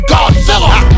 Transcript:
Godzilla